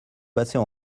passez